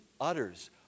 utters